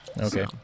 Okay